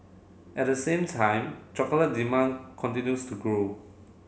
at the same time chocolate demand continues to grow